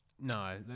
no